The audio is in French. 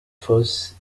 fosse